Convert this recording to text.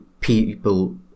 people